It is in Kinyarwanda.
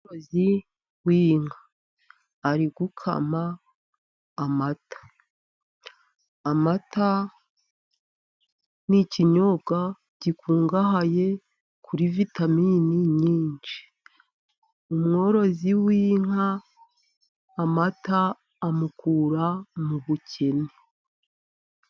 Umworozi w'inka ari gukama amata, amata ni ikinyobwa gikungahaye kuri vitamini nyinshi. Umworozi w'inka amata amukura mu bukene.